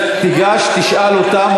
תודה.